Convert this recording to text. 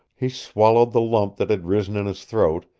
he swallowed the lump that had risen in his throat,